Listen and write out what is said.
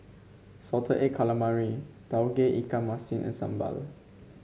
Salted Egg Calamari Tauge Ikan Masin and sambal